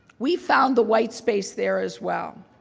we found the white space there as well.